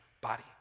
body